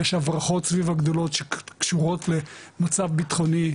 יש הברחות סביב --- שקשורות למצב ביטחוני,